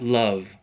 love